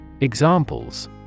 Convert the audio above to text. Examples